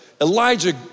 Elijah